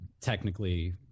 technically